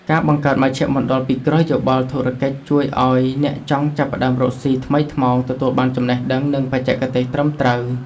ការបង្កើតមជ្ឈមណ្ឌលពិគ្រោះយោបល់ធុរកិច្ចជួយឱ្យអ្នកចង់ចាប់ផ្តើមរកស៊ីថ្មីថ្មោងទទួលបានចំណេះដឹង និងបច្ចេកទេសត្រឹមត្រូវ។